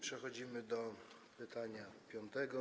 Przechodzimy do pytania piątego.